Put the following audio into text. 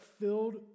filled